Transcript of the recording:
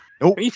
Nope